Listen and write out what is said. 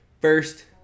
First